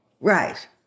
Right